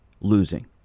losing